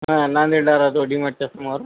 हां नांदेडला राहतो डी मार्टच्या समोर